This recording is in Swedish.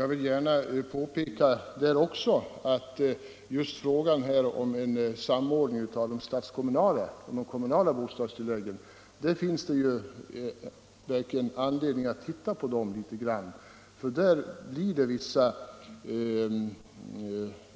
Jag vill också påpeka att det finns all anledning att titta på frågan om samordning av de statskommunala och kommunala bostadstilläggen. Där finns